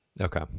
Okay